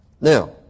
Now